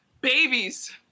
Babies